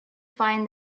find